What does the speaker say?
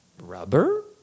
rubber